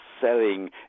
selling